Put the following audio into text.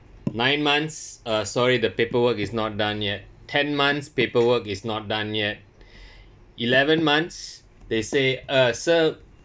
nine months uh sorry the paperwork is not done yet ten months paperwork is not done yet eleven months they say uh sir